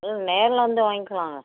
ம் நேரில் வந்து வாங்கிக்கலாங்க